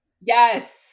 Yes